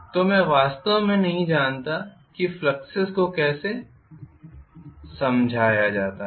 तो मैं वास्तव में नहीं जानता कि फ्लक्सेस को कैसे समझाया जाता है